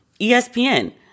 ESPN